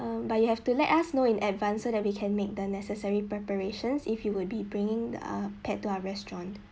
um but you have to let us know in advance so that we can make the necessary preparations if you would be bringing err pet to our restaurant